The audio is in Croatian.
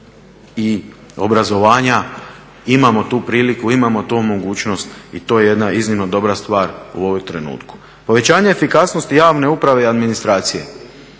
i obrazovanja. Imamo tu priliku, imamo tu mogućnost i to je jedna iznimno dobra stvar u ovom trenutku. Povećanje efikasnosti javne uprave i administracije.